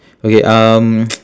okay um